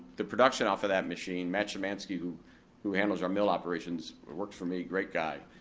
the production off of that machine, matt szymanski, who who handles our mill operations, works for me, great guy,